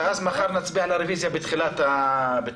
ואז מחר נצביע על הרוויזיה בתחילת הישיבה,